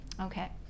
okay